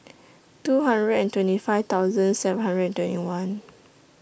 two hundred and twenty five thousand seven hundred and twenty one